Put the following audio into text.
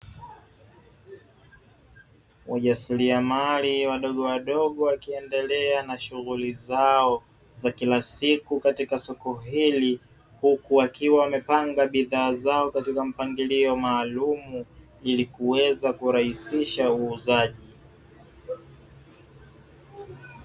Wajasiriamali wadogowadogo wakiendele na shughuli zao za kila siku katika soko hili, huku wakiwa wamepanga bidhaa zao katika mpangilio maalumu ili kuweza kurahisisha uuzaji.